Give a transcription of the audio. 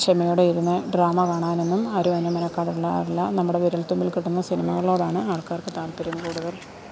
ക്ഷമയോടെ ഇരുന്ന് ഡ്രാമ കാണാനൊന്നും ആരും അതിന് മെനക്കെടാറില്ല നമ്മുടെ വിരൽത്തുമ്പിൽ കിട്ടുന്ന സിനിമകളോടാണ് ആൾക്കാർക്ക് താല്പര്യം കൂടുതൽ